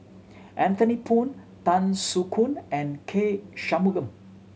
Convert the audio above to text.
Anthony Poon Tan Soo Khoon and K Shanmugam